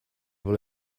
will